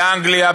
באנגליה,